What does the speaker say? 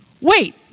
wait